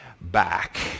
back